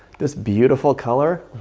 this beautiful color?